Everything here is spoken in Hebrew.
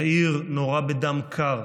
יאיר נורה בדם קר,